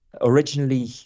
Originally